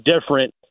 different